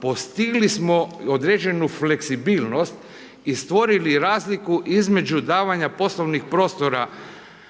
postigli smo određenu fleksibilnost i stvorili razliku između davanja poslovnih prostora